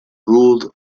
ruled